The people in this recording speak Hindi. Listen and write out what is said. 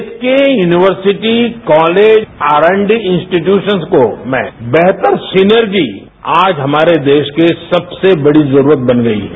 देश के यूनिवर्सिटी कॉलेज आरएनडी इनस्टीटचूशन्स को में बेहतर सीनर्जी आज हमारे देश के सबसे बड़ी जरूरत बन गई है